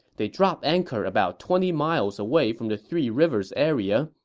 they dropped anchor about twenty miles away from the three rivers area,